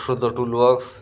ଔଷଧ tool box